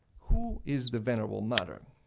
who is the venerable mother?